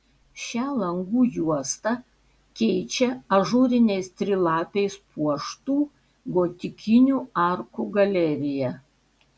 šią langų juostą keičia ažūriniais trilapiais puoštų gotikinių arkų galerija